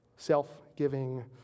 self-giving